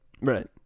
Right